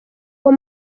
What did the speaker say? uwo